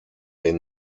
est